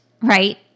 right